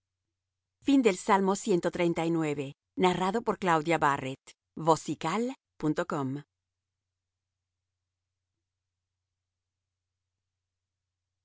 músico principal salmo de